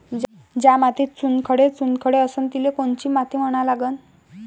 ज्या मातीत चुनखडे चुनखडे असन तिले कोनची माती म्हना लागन?